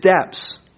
steps